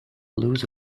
lose